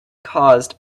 cause